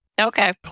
Okay